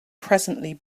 presently